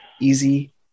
Easy